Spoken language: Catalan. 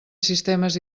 sistemes